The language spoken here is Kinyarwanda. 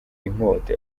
inkota